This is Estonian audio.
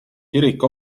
kirik